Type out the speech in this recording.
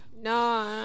No